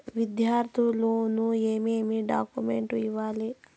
విద్యార్థులు లోను ఏమేమి డాక్యుమెంట్లు ఇవ్వాలి?